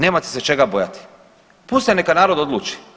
Nemate se čega bojati, pustite neka narod odluči.